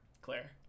claire